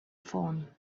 phone